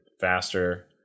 faster